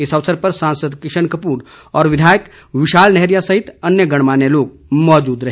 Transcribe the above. इस अवसर पर सांसद किशन कपूर और विधायक विशाल नैहरिया सहित अन्य गणमान्य लोग मौजूद रहे